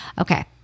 Okay